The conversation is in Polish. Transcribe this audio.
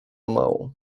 małą